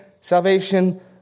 salvation